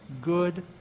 good